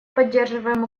поддерживаем